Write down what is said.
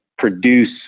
produce